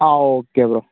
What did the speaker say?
ആ okay bro